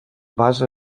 basa